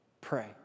Pray